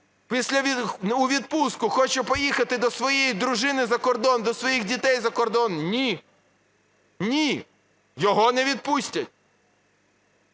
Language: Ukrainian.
у відпустку хоче поїхати до своєї дружини за кордон і до своїх дітей за кордон, – ні. Ні, його не відпустять.